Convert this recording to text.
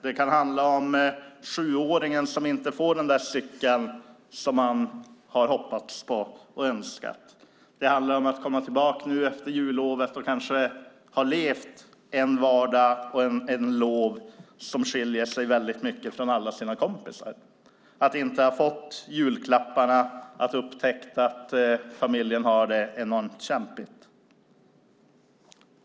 Det kan handla om sjuåringen som inte får den där cykeln som han har hoppats på och önskat. Det handlar om att komma tillbaka efter jullovet och kanske ha levt i en vardag som skiljer sig väldigt mycket från alla kompisars - att inte ha fått julklapparna, att ha upptäckt att familjen har det enormt kämpigt.